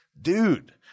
Dude